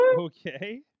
Okay